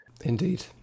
Indeed